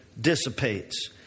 dissipates